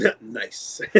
nice